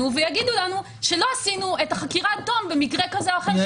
ויגידו לנו שלא ביצענו עד תום את החקירה במקרה כזה או אחר.